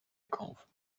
kaufen